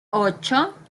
ocho